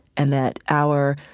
and that our,